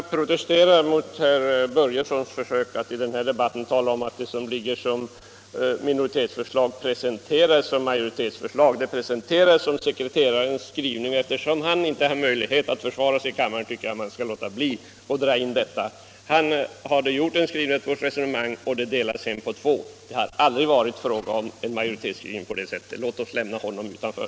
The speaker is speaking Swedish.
Herr talman! Jag vill bara protestera mot herr Börjessons i Glömminge försök att i den här debatten tala om att det som ligger som minoritetsförslag presenterades som majoritetsförslag i utskottet. Det presenterades som sekreterarens skrivning, och eftersom han inte har möjlighet att försvara sig i kammaren tycker jag att man skall låta bli att dra in detta förslag i diskussionen här. Sekreteraren hade gjort en skrivning utifrån ett visst resonemang och det delades sedan på två förslag. Det hade aldrig varit fråga om en majoritetsskrivning. Låt oss lämna sekreteraren utanför!